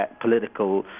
political